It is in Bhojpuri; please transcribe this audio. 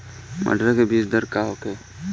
मटर के बीज दर का होखे?